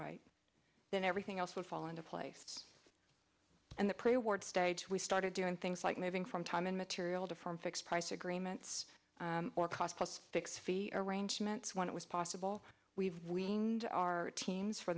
right then everything else would fall into place and the play word stage we started doing things like moving from time and material to from fixed price agreements or cost us six feet arrangements when it was possible we've weaned our teams for